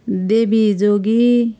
देवी जोगी